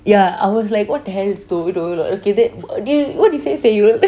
ya I was like what the hell lol okay that what you say sayul